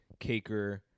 caker